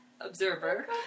observer